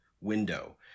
window